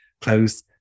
close